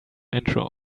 intro